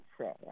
say